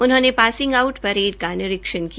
उन्होंने passing out parade का निरीक्षण किया